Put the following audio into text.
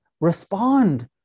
respond